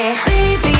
Baby